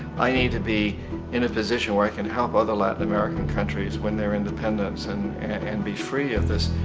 i need to be in a position where i can help other latin american countries win their independence and and and be free of this,